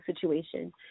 situation